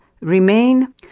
remain